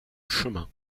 chemins